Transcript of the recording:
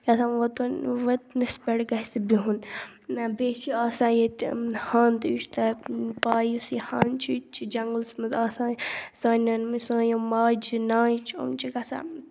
کیٛاہتام ووتُن ووتُنِس پیٚٹھ گَژھِ بِہُن نا بیٚیہِ چھُ آسان ییٚتہِ ہَنٛد تہِ یُس تۄہہِ پےَ یُس یہِ ہَنٛد چھِ ییٚتہِ چھِ جنٛگلَس مَنٛز آسان سانیٚن سٲنۍ یِم ماجہِ نانہِ چھِ یِم چھِ گَژھان